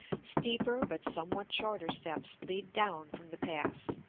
steeper but somewhat shorter steps lead down from the pass,